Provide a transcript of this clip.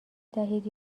دهید